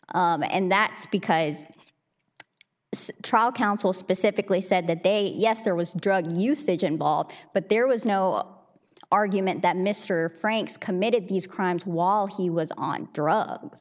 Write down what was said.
and that's because trial counsel specifically said that they yes there was drug usage involved but there was no argument that mr franks committed these crimes wall he was on drugs